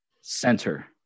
center